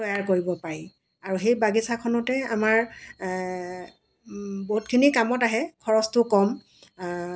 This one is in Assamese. তৈয়াৰ কৰিব পাৰি আৰু সেই বাগিছাখনতে আমাৰ বহুতখিনি কামত আহে খৰছটো কম